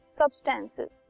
substances